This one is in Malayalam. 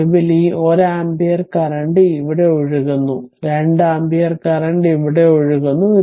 ഒടുവിൽ ഈ 1 ആമ്പിയർ കറന്റ് ഇവിടെ ഒഴുകുന്നു 2 ആമ്പിയർ കറന്റ് ഇവിടെ ഒഴുകുന്നു